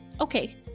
okay